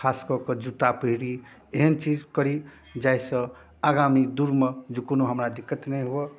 खासकऽ कऽ जुत्ता पहिरी एहन चीज करी जाहिसँ आगामी दूरमे जँ कोनो हमरा दिक्कत नहि हुअए